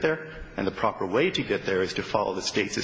there and the proper way to get there is to follow the state